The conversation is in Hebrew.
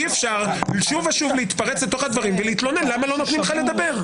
אי-אפשר שוב ושוב להתפרץ לתוך הדברים ולהתלונן למה לא נותנים לך לדבר.